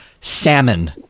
salmon